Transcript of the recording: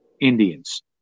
Indians